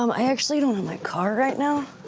um i actually don't have my car right now.